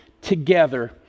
together